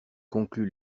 conclut